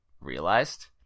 realized